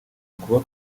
ukuba